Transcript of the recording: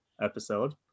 episode